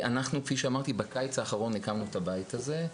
כפי שאמרתי, בקיץ האחרון אנחנו הקמנו את הבית הזה,